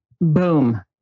Boom